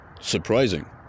surprising